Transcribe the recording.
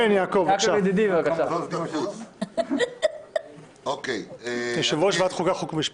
כן, יעקב, בבקשה, יושב-ראש ועדת חוקה, חוק ומשפט.